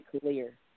clear